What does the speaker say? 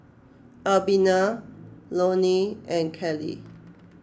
Albina Lonie and Callie